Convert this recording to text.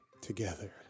together